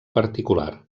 particular